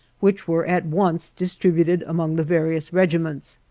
which were at once distributed among the various regiments.